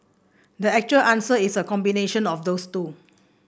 the actual answer is a combination of those two